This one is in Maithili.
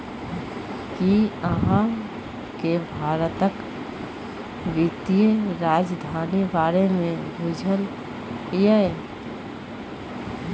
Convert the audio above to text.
कि अहाँ केँ भारतक बित्तीय राजधानी बारे मे बुझल यै?